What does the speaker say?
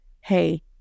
hey